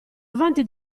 avanti